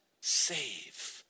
save